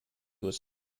was